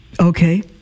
Okay